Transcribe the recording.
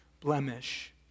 blemish